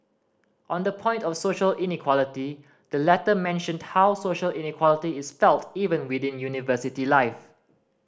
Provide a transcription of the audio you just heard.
on the point of social inequality the letter mentioned how social inequality is felt even within university life